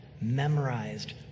memorized